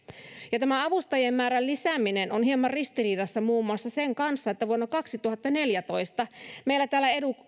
tämä avustajien määrän lisääminen on hieman ristiriidassa muun muassa sen kanssa että vuonna kaksituhattaneljätoista meillä täällä